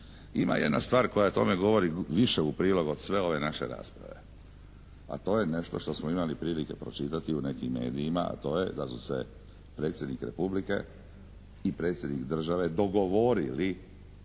Ima jedna stvar koja o tome više u prilog od sve ove naše rasprave, a to je nešto što smo imali prilike pročitati u nekim medijima, a to je da su se predsjednik Republike i predsjednik države dogovorili